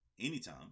anytime